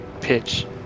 pitch